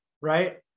right